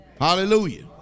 Hallelujah